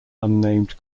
unnamed